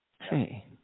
Hey